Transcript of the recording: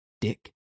Dick